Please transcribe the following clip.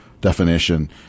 definition